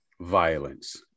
violence